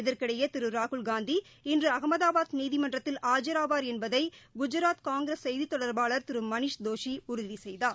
இதற்கிடையேதிருராகுல்காந்தி இன்றுஅகமதாபாத் நீதிமன்றத்தில் ஆஜராவார் என்பதைகுஐராத் காங்கிரஸ் செய்திதொடர்பாளர் திருமணிஷ் தோஷிஉறுதிசெய்தார்